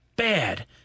Bad